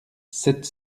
sept